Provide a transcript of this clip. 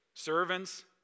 servants